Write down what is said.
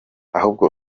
ahubwo